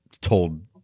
told